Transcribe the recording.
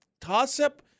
Toss-up